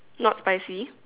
not spicy